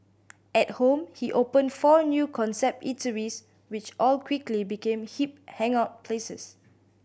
at home he opened four new concept eateries which all quickly became hip hangout places